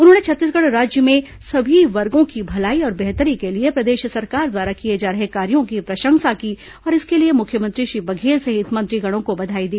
उन्होंने छत्तीसगढ़ राज्य में सभी वर्गों की भलाई और बेहतरी के लिए प्रदेश सरकार द्वारा किए जा रहे कार्यो की प्रशंसा की और इसके लिए मुख्यमंत्री श्री बघेल सहित मंत्रीगणों को बधाई दी